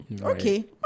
Okay